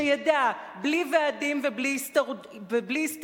שידע: בלי ועדים ובלי הסתדרות,